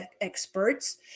experts